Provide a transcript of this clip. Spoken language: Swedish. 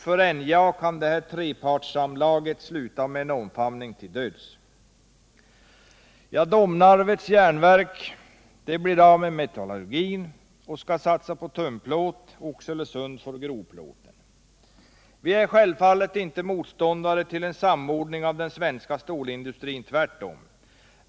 För NJA kan det här trepartssamlaget sluta med en omfamning till döds. Domnarvets Jernverk blir av med metallurgin och skall satsa på tunnplåt, och Oxelösund får grovplåten. Vi är självfallet inte motståndare till en samordning av den svenska stålindustrin, tvärtom.